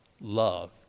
love